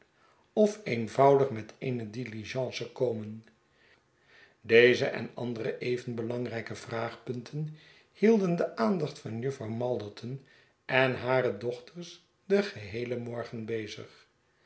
rijden ofeenvoudig met eene diligence komen deze enandere even belangrijke vraagpunten hielden de aandacht van jufvrouw malderton en hare dochters den geheelen morgen bezig